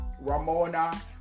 Ramona